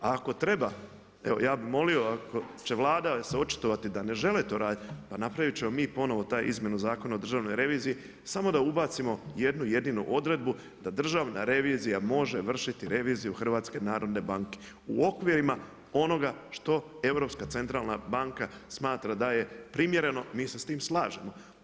Ako treba, evo ja bi molio, ako će Vlada se očitovati da ne žele to raditi, pa napravit ćemo mi ponovno tu izmjenu Zakona o Državnoj reviziji, samo da ubacimo jednu jedinu odredbu, da Državna revizija može vršiti reviziju HNB-a u okvirima onoga što Europska centralna banka smatra da primjereno, mi se s tim slažemo.